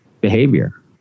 behavior